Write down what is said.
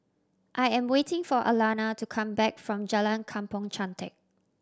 I am waiting for Alana to come back from Jalan Kampong Chantek